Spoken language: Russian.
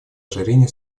ожирения